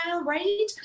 right